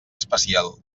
especial